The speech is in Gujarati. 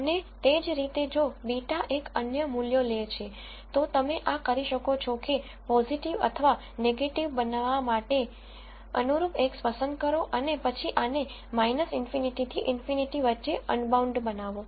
અને તે જ રીતે જો β એક અન્ય મૂલ્યો લે છે તો તમે આ કરી શકો છો કે પોઝીટીવ અથવા નેગેટીવ બનાવા માટે અનુરૂપ X પસંદ કરો અને પછી આને ∞ થી ∞ વચ્ચે અનબાઉન્ડ બનાવો